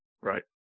Right